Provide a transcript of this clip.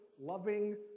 loving